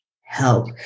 help